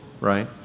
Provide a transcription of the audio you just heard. right